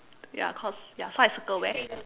ya cause ya so I circle where